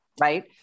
right